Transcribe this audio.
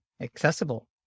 accessible